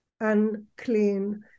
unclean